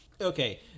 Okay